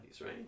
right